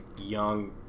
Young